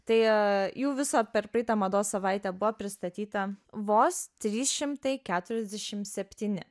tai jų viso per praeitą mados savaitę buvo pristatyta vos trys šimtai keturiasdešim septyni